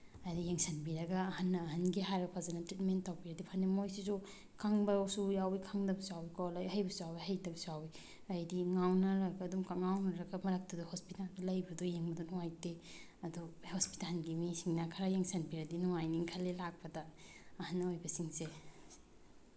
ꯍꯥꯏꯗꯤ ꯌꯦꯡꯁꯤꯟꯕꯤꯔꯒ ꯑꯍꯟꯅ ꯑꯍꯟꯒꯤ ꯍꯥꯏꯔ ꯐꯖꯅ ꯇ꯭ꯔꯤꯠꯃꯦꯟ ꯇꯧꯕꯤꯔꯗꯤ ꯐꯅꯤ ꯃꯣꯏꯁꯤꯁꯨ ꯈꯪꯕꯁꯨ ꯌꯥꯎꯋꯤ ꯈꯪꯗꯕꯁꯨ ꯌꯥꯎꯋꯤꯀꯣ ꯂꯥꯏꯔꯤꯛ ꯍꯩꯕꯁꯨ ꯌꯥꯎꯋꯤ ꯍꯩꯇꯕꯁꯨ ꯌꯥꯎꯋꯤ ꯍꯥꯏꯗꯤ ꯉꯥꯎꯅꯔꯒ ꯑꯗꯨꯝ ꯀꯛꯉꯥꯎꯅꯔꯒ ꯃꯔꯛꯇꯨꯗ ꯍꯣꯁꯄꯤꯇꯥꯜꯗ ꯂꯩꯕꯗꯣ ꯌꯦꯡꯕꯗ ꯅꯨꯡꯉꯥꯏꯇꯦ ꯑꯗꯨ ꯍꯣꯁꯄꯤꯇꯥꯜꯒꯤ ꯃꯤꯁꯤꯡꯅ ꯈꯔ ꯌꯦꯡꯁꯤꯟꯕꯤꯔꯗꯤ ꯅꯨꯡꯉꯥꯏꯅꯤ ꯈꯜꯂꯦ ꯂꯥꯛꯄꯗ ꯑꯍꯟ ꯑꯣꯏꯕꯁꯤꯡꯁꯦ